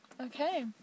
Okay